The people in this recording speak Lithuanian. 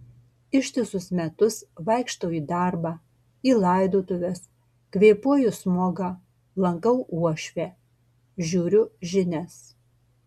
ištisus metus vaikštau į darbą į laidotuves kvėpuoju smogą lankau uošvę žiūriu žinias